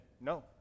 no